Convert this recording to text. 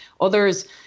Others